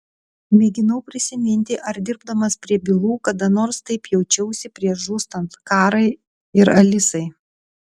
mėginau prisiminti ar dirbdamas prie bylų kada nors taip jaučiausi prieš žūstant karai ir alisai